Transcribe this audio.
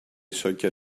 soccer